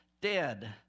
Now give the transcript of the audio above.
dead